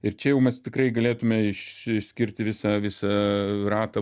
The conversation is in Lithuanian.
ir čia jau mes tikrai galėtume išskirti visą visą ratą